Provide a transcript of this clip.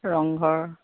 Rang Ghar